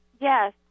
Yes